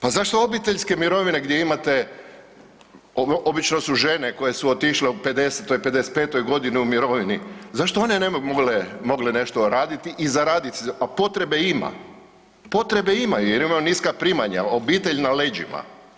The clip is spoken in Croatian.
Pa zašto obiteljske mirovine gdje imate, obično su žene koje su otišle u 50., 55.g. u mirovini, zašto one ne bi mogle, mogle nešto radit i zaradit, a potrebe ima, potrebe ima jer imaju niska primanja, obitelj na leđima?